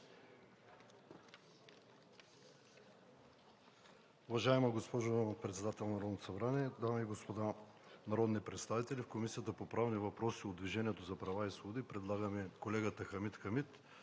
Уважаема госпожо Председател на Народното събрание, дами и господа народни представители! В Комисията по правни въпроси от „Движение за права и свободи“ предлагаме колегата Хамид Хамид